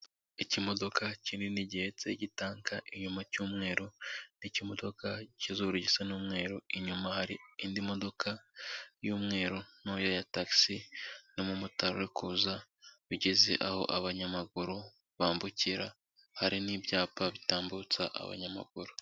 Ikimodoka kinini gihetse igitanka inyuma cyumweru n'ikimodoka cy'ikizuru gisa n'umweru, inyuma hari indi modoka y'umweru ntoya ya tagisi n'umumotari uri kuza, bigeze aho abanyamaguru bambukira, hari n'ibyapa bitambutsa abanyamaguru.